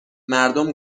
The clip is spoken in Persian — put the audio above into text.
مردم